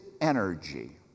energy